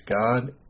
god